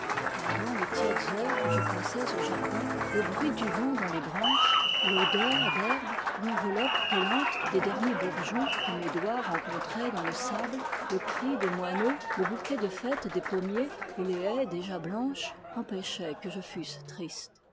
pendant les tièdes heures que je passais au jardin le bruit du vent dans les branches l'odeur d'herbe l'enveloppe collante des derniers bourgeons que mes doigts rencontraient dans le sable le cri des moineaux le bouquet de fête des pommiers et les haies déjà blanches empêchaient que je fusse triste